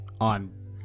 on